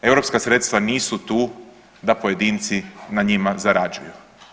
Europska sredstva nisu tu da pojedinci na njima zarađuju.